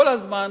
כל הזמן,